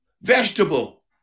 vegetable